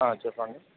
చెప్పండి